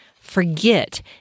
forget